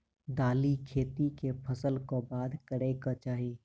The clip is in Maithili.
दालि खेती केँ फसल कऽ बाद करै कऽ चाहि?